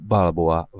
Balboa